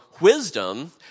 wisdom